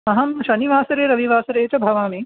अहं शनिवासरे रविवासरे च भवामि